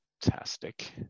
Fantastic